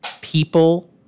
people